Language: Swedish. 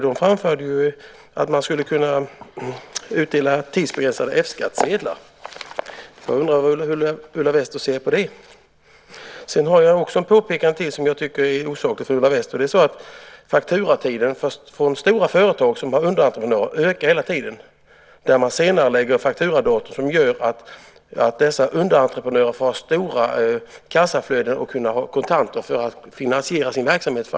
De framförde att man skulle kunna utdela tidsbegränsade F-skattsedlar. Jag undrar hur Ulla Wester ser på det. Sedan var det ett annat påpekande från Ulla Wester som jag tycker var osakligt. Hon sade att fakturatiden från de stora företag som har underentreprenörer ökar hela tiden. Man senarelägger fakturadatum, vilket gör att dessa underentreprenörer får stora kassaflöden av kontanter för att finansiera sin verksamhet.